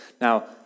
Now